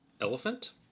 Elephant